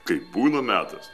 kai būna metas